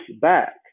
back